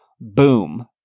boom